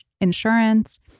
insurance